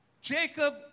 Jacob